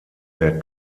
der